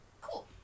Cool